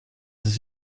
ist